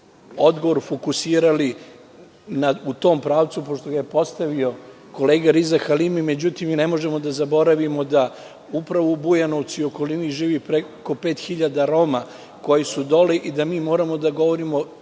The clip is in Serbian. odgovor fokusirali u tom pravcu, pošto ga je postavio kolega Riza Halimi. Međutim, mi ne možemo da zaboravimo da upravo u Bujanovcu i okolini živi preko 5.000 Roma koji su dole i da mi moramo da govorimo